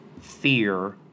fear